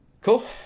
Cool